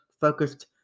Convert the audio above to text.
focused